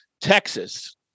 Texas